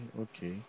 Okay